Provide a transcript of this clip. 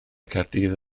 caerdydd